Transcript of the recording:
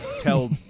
tell